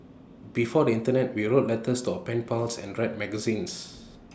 before the Internet we wrote letters to our pen pals and read magazines